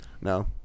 No